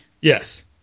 Yes